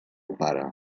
pare